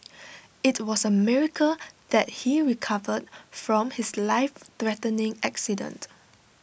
IT was A miracle that he recovered from his lifethreatening accident